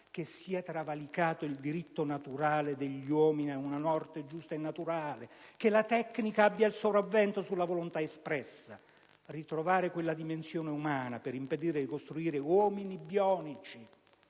che sia travalicato il diritto naturale degli uomini ad una morte giusta e naturale, che la tecnica abbia il sopravvento sulla volontà espressa; si deve ritrovare quella dimensione umana per impedire di costruire uomini bionici,